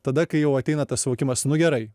tada kai jau ateina tas suvokimas nu gerai